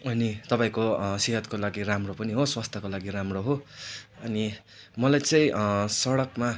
अनि तपाईँको सेहदको लागि राम्रो पनि हो स्वास्थ्यको लागि राम्रो हो अनि मलाई चाहिँ सडकमा